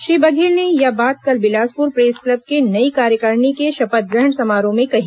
श्री बघेल ने यह बात कल बिलासपुर प्रेस क्लब के नयी कार्यकारिणी के शपथ ग्रहण समारोह में कही